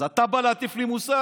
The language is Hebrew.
אז אתה בא להטיף לי מוסר?